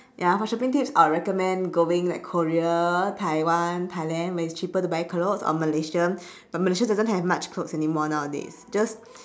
ya for shopping tips I will recommend going like korea Ttaiwan Tthailand where it's cheaper to buy clothes or malaysia but malaysia doesn't have much clothes anymore nowadays just